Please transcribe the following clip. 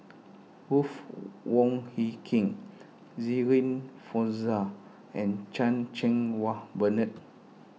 Ruth Wong Hie King Shirin Fozdar and Chan Cheng Wah Bernard